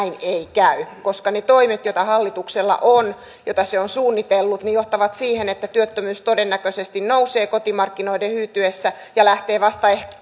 käy koska ne toimet joita hallituksella on joita se on suunnitellut johtavat siihen että työttömyys todennäköisesti nousee kotimarkkinoiden hyytyessä ja lähtee vasta sitten